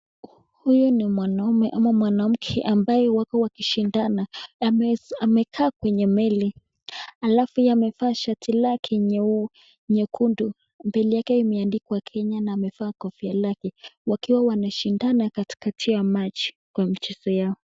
Huyu ni mwanaume ama mwanamke ambaye wako wakishindana. Amekaa kwenye meli. Alafu ye amevalia shati lake nyekundu. Mbele yake imeandikwa Kenya na amevaa kofia lake, wakiwa wanashindana katikati ya maji kwa mchezo wao.